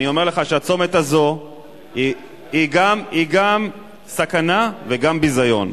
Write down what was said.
אני אומר לך שהצומת הזה הוא גם סכנה וגם ביזיון,